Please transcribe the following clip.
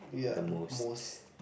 the most